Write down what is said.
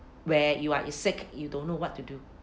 where you are is sick you don't know what to do